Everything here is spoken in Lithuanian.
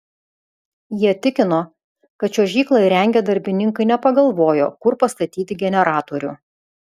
jie tikino kad čiuožyklą įrengę darbininkai nepagalvojo kur pastatyti generatorių